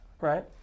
right